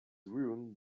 ruined